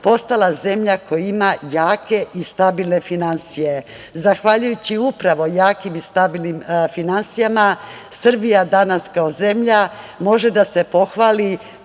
postala zemlja koja ima jake i stabilne finansije. Zahvaljujući upravo jakim i stabilnim finansijama Srbija danas kao zemlja može da se pohvali